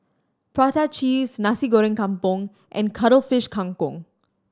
prata cheese Nasi Goreng Kampung and Cuttlefish Kang Kong